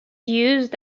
used